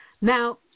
Now